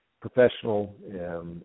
professional